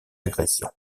agression